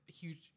huge